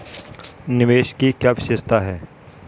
निवेश की क्या विशेषता है?